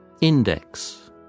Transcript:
Index